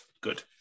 Good